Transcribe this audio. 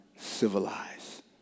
civilized